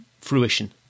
fruition